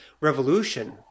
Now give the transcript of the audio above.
revolution